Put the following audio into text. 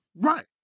Right